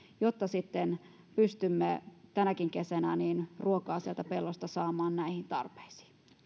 jotta sitten pystymme tänäkin kesänä ruokaa sieltä pellosta saamaan näihin tarpeisiin